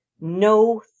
no